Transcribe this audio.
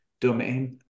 domain